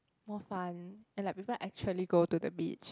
more fun and like people actually go to the beach